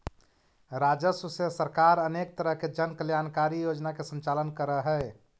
राजस्व से सरकार अनेक तरह के जन कल्याणकारी योजना के संचालन करऽ हई